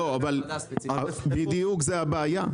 זו הבעיה.